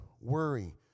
Worry